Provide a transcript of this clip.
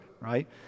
right